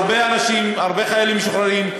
הרבה חיילים משוחררים,